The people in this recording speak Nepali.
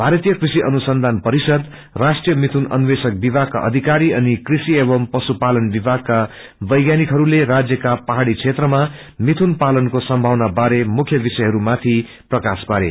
भारतीय कृषि अनुसंघान परिषद राष्ट्रिय मिथुन अन्वेषक विभगाका अधिकारी एवं कृषि एवं पशुपालन विभागका वैज्ञानिकहरूले राज्यका यपहाड़ी क्षेत्रमा मिथुन पालनको संभावना बारे मुख्य विषयहरूमाथि प्रकाश पारे